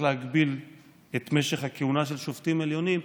להגביל את משך הכהונה של שופטים עליונים: